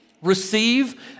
Receive